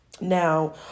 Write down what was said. Now